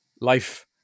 life